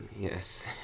Yes